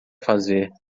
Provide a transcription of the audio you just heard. fazer